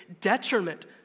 detriment